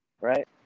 right